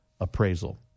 appraisal